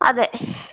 അതെ